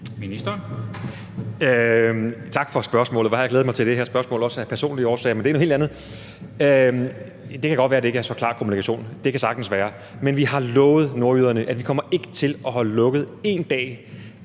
Heunicke): Tak for spørgsmålet. Hvor har jeg glædet mig til det her spørgsmål, også af personlige årsager. Men det er noget helt andet. Det kan godt være, at det ikke er så klar kommunikation. Det kan sagtens være. Men vi har lovet nordjyderne, at vi ikke kommer til at holde lukket én dag